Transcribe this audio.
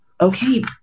okay